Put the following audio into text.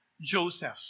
Joseph